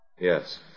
Yes